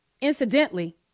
incidentally